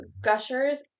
Gushers